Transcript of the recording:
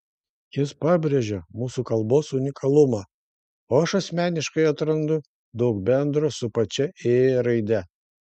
jis pabrėžia mūsų kalbos unikalumą o aš asmeniškai atrandu daug bendro su pačia ė raide